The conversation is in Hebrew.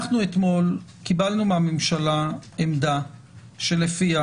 אנחנו אתמול קיבלנו מהממשלה עמדה שלפיה